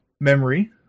memory